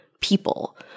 people